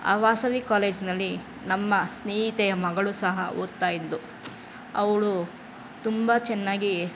ಆ ವಾಸವಿ ಕಾಲೇಜಿನಲ್ಲಿ ನಮ್ಮ ಸ್ನೇಹಿತೆಯ ಮಗಳು ಸಹ ಓದ್ತಾ ಇದ್ದಳು ಅವಳು ತುಂಬ ಚೆನ್ನಾಗಿ